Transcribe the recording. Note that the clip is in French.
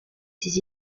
ses